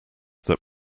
that